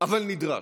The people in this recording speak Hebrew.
אבל נדרש,